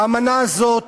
האמנה הזאת